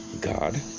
God